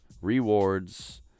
rewards